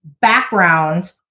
background